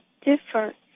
different